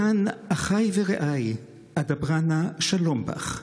למען אחי ורעי אדברה נא שלום בך.